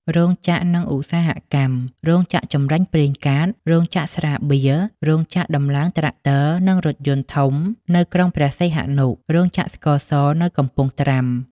រោងចក្រ និងឧស្សាហកម្ម រោងចក្រចម្រាញ់ប្រេងកាត, រោងចក្រស្រាបៀរ, រោងចក្រដំឡើងត្រាក់ទ័រនិងរថយន្តធំ នៅក្រុងព្រះសីហនុ, រោងចក្រស្ករស នៅកំពង់ត្រាំ។